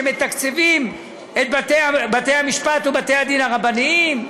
שמתקצבים את בתי-המשפט ובתי-הדין הרבניים.